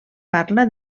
parla